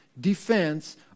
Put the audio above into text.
defense